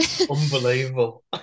Unbelievable